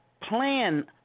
plan